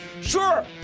Sure